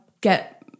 get